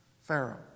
Pharaoh